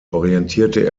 orientierte